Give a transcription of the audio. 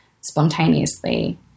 spontaneously